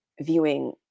viewing